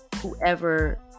whoever